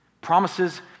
Promises